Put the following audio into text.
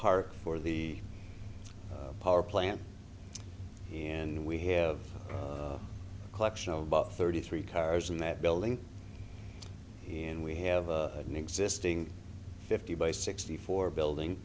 park for the power plant and we have a collection of about thirty three cars in that building and we have an existing fifty by sixty four building